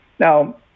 Now